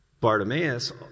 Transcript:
Bartimaeus